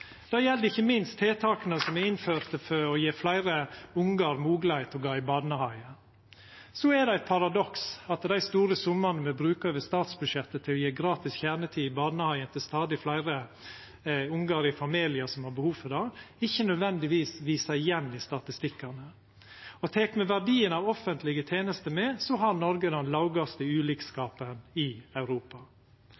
Det gjeld ikkje minst tiltaka som er innførte for å gje fleire ungar moglegheit til å gå i barnehage. Så er det eit paradoks at dei store summane me brukar over statsbudsjettet til å gje gratis kjernetid i barnehagen til stadig fleire ungar i familiar som har behov for det, ikkje nødvendigvis viser igjen i statistikkane. Tek me med verdien av offentlege tenester, har Noreg den